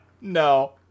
No